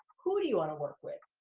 who do you wanna work with?